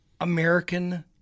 American